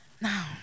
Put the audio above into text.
Now